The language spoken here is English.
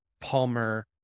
Palmer